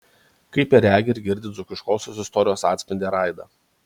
kaip jie regi ir girdi dzūkiškosios istorijos atspindį ar aidą